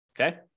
Okay